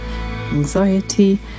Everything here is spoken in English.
anxiety